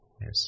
Yes